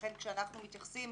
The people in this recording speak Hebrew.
לכן, כשאנחנו מתייחסים